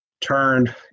turned